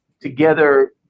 together